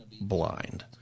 blind